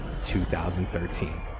2013